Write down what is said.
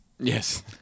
Yes